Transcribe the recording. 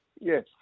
yes